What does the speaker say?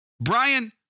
Brian